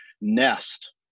nest